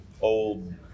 old